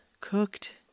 cooked